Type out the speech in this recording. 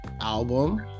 album